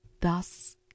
Thus